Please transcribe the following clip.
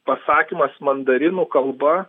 pasakymas mandarinų kalba